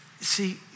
see